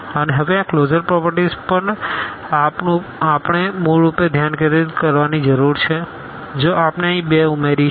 અને હવે આ ક્લોઝર પ્રોપર્ટીઝ પર આપણે મૂળરૂપે ધ્યાન કેન્દ્રિત કરવાની જરૂર છે જો આપણે અહીં બે ઉમેરીશું